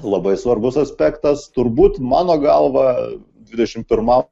labai svarbus aspektas turbūt mano galva dvidešimt pirmam